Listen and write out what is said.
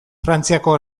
frantziako